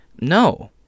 No